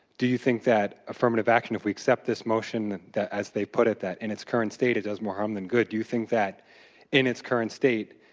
do you think that affirmative action, if we accept this motion that as they put it, that in its current state, it does more harm um than good, do you think that in its current state,